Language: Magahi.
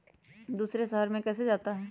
दूसरे शहर मे कैसे जाता?